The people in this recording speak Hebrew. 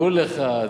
אמרו לך,